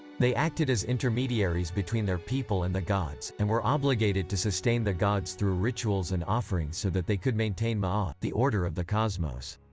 they acted as intermediaries between their people and the gods, and were obligated to sustain the gods through rituals and offerings so that they could maintain ma'at, the order of the cosmos.